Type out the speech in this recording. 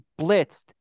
blitzed